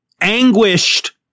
anguished